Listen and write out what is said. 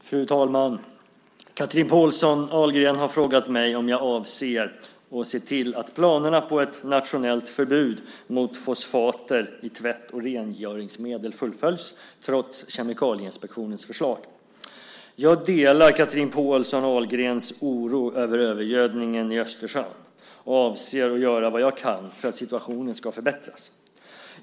Fru talman! Chatrine Pålsson Ahlgren har frågat mig om jag avser att se till att planerna på ett nationellt förbud mot fosfater i tvätt och rengöringsmedel fullföljs, trots Kemikalieinspektionens förslag. Jag delar Chatrine Pålsson Ahlgrens oro över övergödningen i Östersjön och avser att göra vad jag kan för att situationen ska förbättras.